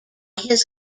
his